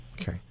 Okay